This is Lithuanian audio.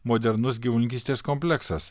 modernus gyvulininkystės kompleksas